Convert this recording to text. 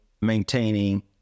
maintaining